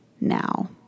now